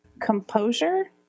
composure